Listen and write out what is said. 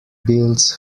builds